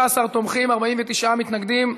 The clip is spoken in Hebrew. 15 תומכים, 49 מתנגדים.